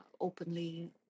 openly